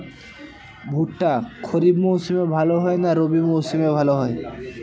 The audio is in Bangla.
ভুট্টা খরিফ মৌসুমে ভাল হয় না রবি মৌসুমে ভাল হয়?